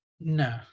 No